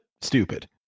stupid